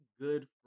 good